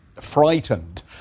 frightened